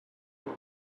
him